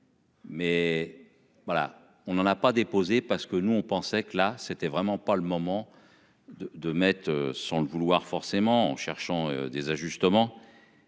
Mais voilà, on n'en a pas déposé parce que nous on pensait que là c'était vraiment pas le moment de de mètres sans le vouloir forcément en cherchant des ajustements.